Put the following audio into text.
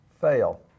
fail